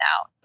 out